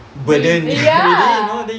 re~ ya